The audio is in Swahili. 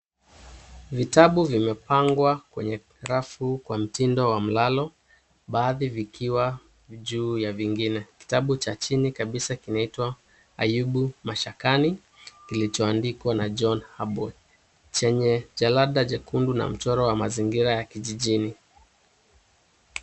Vitabu vimepangwa kwenye rafu kwa mtindo wa mlalo, baadhi vikiwa juu ya vingine. Kitabu cha chini kabisa kinaitwa Ayubu Mashakani, kilichoandikwa na John Habwe chenye jalada jekundu na mchoro wa mazingira ya kijijini.